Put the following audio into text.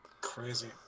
Crazy